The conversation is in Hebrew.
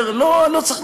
עד דמעות.